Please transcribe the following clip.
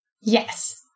Yes